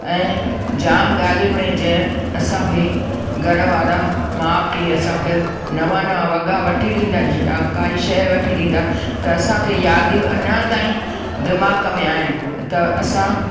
ऐं जाम ॻाल्हियुनि में जंहिं असांखे घर वारा माउ पीउ असांखे नवां नवां वॻा वठी ॾींदासीं काई शइ वठी ॾींदा त असांखे यादियूं अञां ताईं दिमाग़ में आहिनि त असां